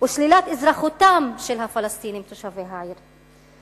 ושלילת אזרחותם של הפלסטינים תושבי העיר.